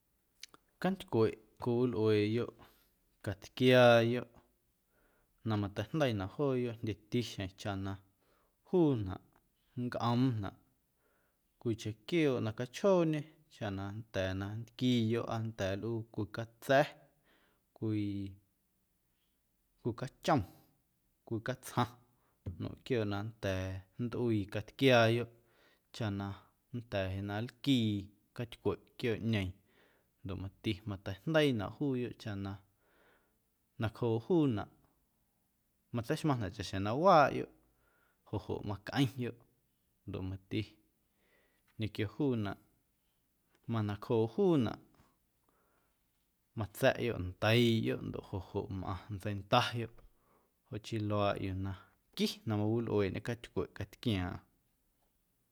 Cantycweꞌ cwiwilꞌueeꞌeyoꞌ catquiaayoꞌ na mateijndeiinaꞌ jooyoꞌ jndyeti xjeⁿ chaꞌ na juunaꞌ nncꞌoomnaꞌ cwiicheⁿ quiooꞌ na cachjooñe chaꞌ na nnda̱a̱ na nntquiiyoꞌ aa nnda̱a̱ nlꞌuu cwii catsa̱, cwii cwii cachom, cwii catsjaⁿ nmeiⁿꞌ quiooꞌ na nnda̱a̱ nntꞌuii catquiaayoꞌ chaꞌna nnda̱a̱ jeꞌ na nlquii catycweꞌ quiooꞌñeeⁿ ndoꞌ mati mateijndeiinaꞌ juuyoꞌ chaꞌ na nacjooꞌ juunaꞌ matseixmaⁿnaꞌ chaꞌxjeⁿ na waaꞌyoꞌ, joꞌ joꞌ macꞌeⁿyoꞌ ndoꞌ mati ñequio juunaꞌ manacjooꞌ juunaꞌ matsa̱ꞌyoꞌ ndeiiꞌyoꞌ ndoꞌ joꞌ joꞌ mꞌaⁿ ntseindayoꞌ joꞌ chii luaaꞌ yuu na qui na mawilꞌueeꞌñe catycweꞌ catquiaaⁿꞌaⁿ.